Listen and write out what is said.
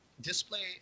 display